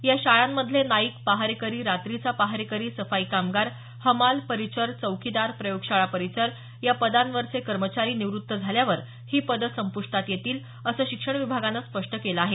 या शाळांमधले नाईक पहारेकरी रात्रीचा पहारेकरी सफाई कामगार हमाल परिचर चौकीदार प्रयोगशाळा परिचर या पदांवरचे कर्मचारी निवृत्त झाल्यावर ही पदं संपुष्टात येतील असं शिक्षण विभागानं स्पष्ट केलं आहे